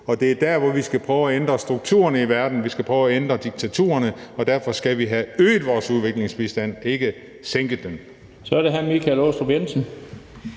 og det er der, hvor vi skal prøve at ændre strukturerne i verden. Vi skal prøve at ændre diktaturerne, og derfor skal vi have øget vores udviklingsbistand, ikke sænket den. Kl. 11:10 Den fg. formand (Bent